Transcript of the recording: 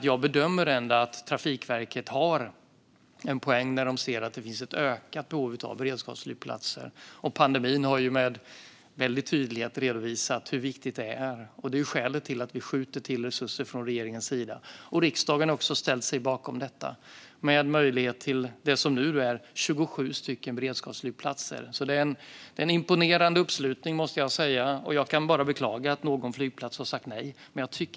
Jag bedömer ändå att Trafikverket har en poäng när de ser att det finns ett ökat behov av beredskapsflygplatser. Pandemin har med tydlighet redovisat hur viktigt det är. Det är skälet till att regeringen skjuter till resurser. Riksdagen har också ställt sig bakom detta, med möjlighet till 27 beredskapsflygplatser. Det är en imponerande uppslutning, och jag kan bara beklaga att någon flygplats har sagt nej.